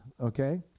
okay